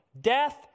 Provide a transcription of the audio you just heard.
death